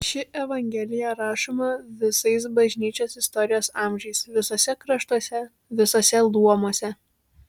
ši evangelija rašoma visais bažnyčios istorijos amžiais visuose kraštuose visuose luomuose